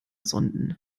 sonden